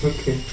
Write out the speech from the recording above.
Okay